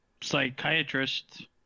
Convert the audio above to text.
psychiatrist